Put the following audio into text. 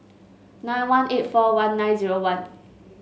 nine one eight four one nine zero one